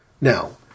Now